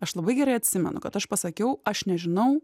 aš labai gerai atsimenu kad aš pasakiau aš nežinau